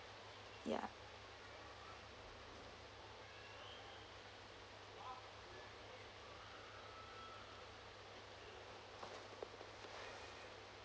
ya